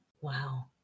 Wow